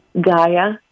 Gaia